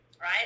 right